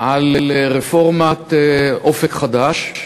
על רפורמת "אופק חדש",